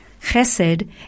Chesed